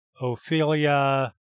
Ophelia